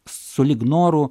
sulig noru